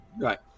right